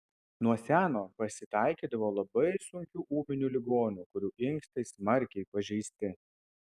nuo seno pasitaikydavo labai sunkių ūminių ligonių kurių inkstai smarkiai pažeisti